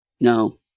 No